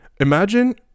imagine